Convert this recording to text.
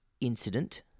incident